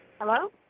Hello